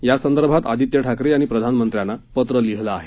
यासंदर्भात आदित्य ठाकरे यांनी प्रधानमंत्र्यांना पत्र लिहिलं आहे